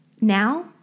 Now